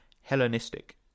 Hellenistic